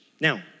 Now